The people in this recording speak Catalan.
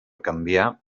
canviar